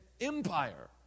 empire